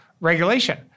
regulation